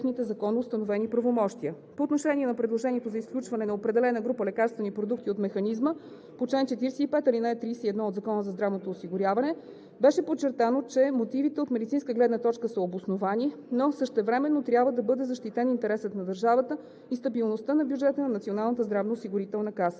По отношение на предложението за изключване на определена група лекарствени продукти от механизма по чл. 45, ал. 31 от Закона за здравното осигуряване беше подчертано, че мотивите от медицинска гледна точка са обосновани, но същевременно трябва да бъде защитен интересът на държавата и стабилността на бюджета на Националната здравноосигурителна каса.